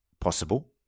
possible